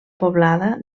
poblada